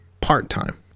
part-time